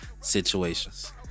Situations